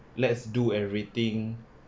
let's do everything